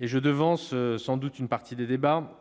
Je devance sans doute une partie des débats en formulant